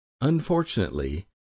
Unfortunately